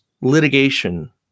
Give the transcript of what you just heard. litigation